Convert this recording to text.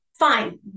fine